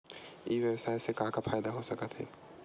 ई व्यवसाय से का का फ़ायदा हो सकत हे?